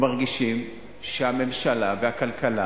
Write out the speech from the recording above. הם מרגישים שהממשלה והכלכלה